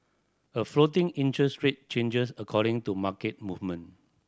a floating interest rate changes according to market movement